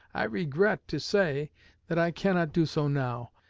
i regret to say that i cannot do so now.